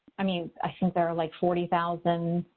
i mean, i think there are like forty thousand,